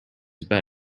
better